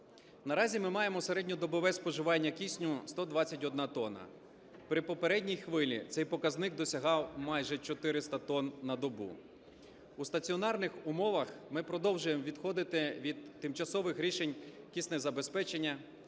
Наразі ми маємо середньодобове споживання кисню – 121 тонна, при попередній хвилі цей показник досягав майже 400 тонн на добу. У стаціонарних умовах ми продовжуємо відходити від тимчасових рішень киснезабезпечення